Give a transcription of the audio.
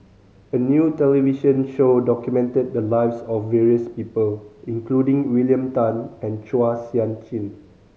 a new television show documented the lives of various people including William Tan and Chua Sian Chin